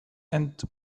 and